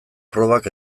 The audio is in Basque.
probak